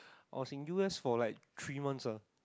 I was in U_S for like three months ah